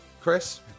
Chris